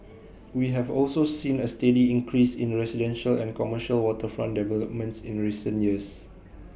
we have also seen A steady increase in residential and commercial waterfront developments in recent years